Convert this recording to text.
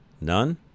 None